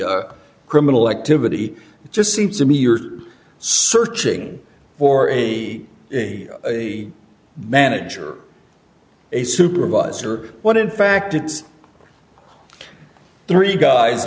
criminal activity it just seems to me you're searching for a manager a supervisor what in fact it's three guys